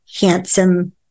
Handsome